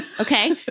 Okay